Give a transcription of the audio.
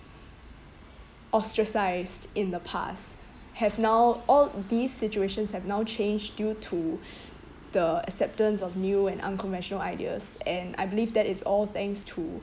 ostracized in the past have now all these situations have now changed due to the acceptance of new and unconventional ideas and I believe that is all thanks to